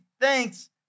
thanks